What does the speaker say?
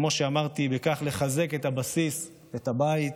וכמו שאמרתי, בכך לחזק את הבסיס, את הבית.